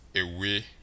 away